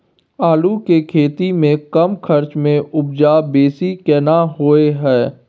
आलू के खेती में कम खर्च में उपजा बेसी केना होय है?